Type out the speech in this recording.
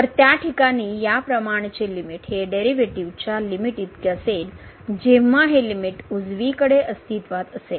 तर त्या ठिकाणी या प्रमाणचे लिमिट हे डेरिव्हेटिव्हजच्या लिमिटइतके असेल जेंव्हा हे लिमिट उजवीकडे अस्तित्त्वात असेल